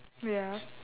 ya